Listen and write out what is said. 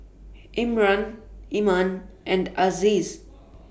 Imran Iman and Aziz